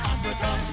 Africa